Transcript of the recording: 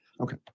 okay